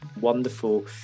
wonderful